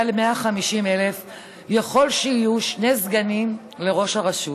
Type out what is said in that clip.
על 150,000 יכול שיהיו שני סגנים לראש הרשות.